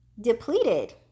depleted